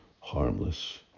harmless